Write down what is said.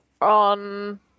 on